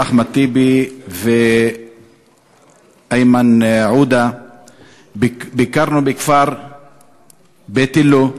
אחמד טיבי ואיימן עודה בכפר ביתילו,